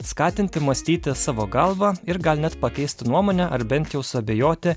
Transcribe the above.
skatinti mąstyti savo galva ir gal net pakeisti nuomonę ar bent jau suabejoti